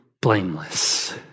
blameless